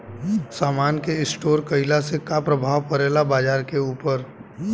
समान के स्टोर काइला से का प्रभाव परे ला बाजार के ऊपर?